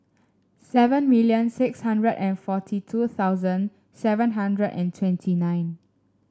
seven million six hundred and forty two thousand seven hundred and twenty nine